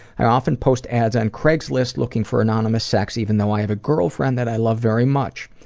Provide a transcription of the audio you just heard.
i often post ads on craigslist looking for anonymous sex even though i have a girlfriend that i love very much.